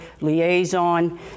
liaison